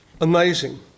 amazing